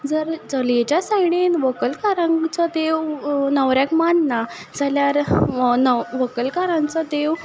जर चलयेच्या सायडीन व्हंकलकारांचो देव न्हवऱ्याक मानना जाल्यार हो व्हंकलकाराचो देव